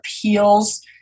appeals